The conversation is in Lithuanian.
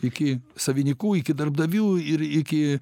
iki savinikų iki darbdavių ir iki